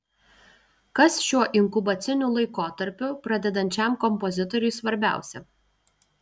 kas šiuo inkubaciniu laikotarpiu pradedančiam kompozitoriui svarbiausia